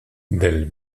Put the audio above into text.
del